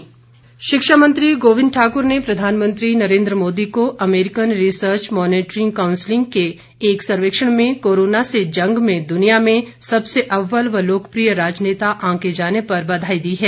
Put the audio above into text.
गोविंद ठाकुर शिक्षा मंत्री गोविंद ठाक्र ने प्रधानमंत्री नरेन्द्र मोदी को अमेरिकन रिसर्च मॉनेटरिंग काउंसलिंग के एक सर्वेक्षण में कोरोना से जंग में दुनिया में सबसे अव्वल व लोकप्रिय राजनेता आंके जाने पर बधाई दी है